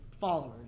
followers